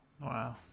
wow